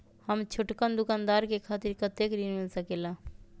हम छोटकन दुकानदार के खातीर कतेक ऋण मिल सकेला?